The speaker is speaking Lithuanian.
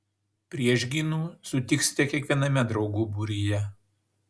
priešgynų sutiksite kiekviename draugų būryje